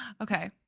okay